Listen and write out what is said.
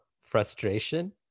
frustration